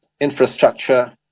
infrastructure